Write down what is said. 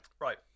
right